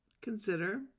consider